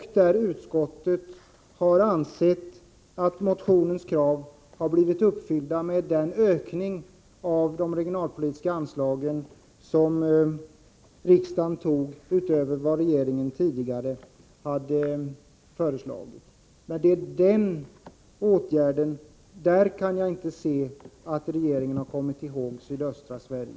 Arbetsmarknadsutskottet ansåg alltså att motionens krav hade blivit tillgodosedda med den ökning av de regionalpolitiska anslagen utöver vad regeringen tidigare hade föreslagit som riksdagen beslutade om. När det gäller denna åtgärd kan jag inte se att regeringen har kommit ihåg sydöstra Sverige.